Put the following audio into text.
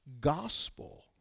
gospel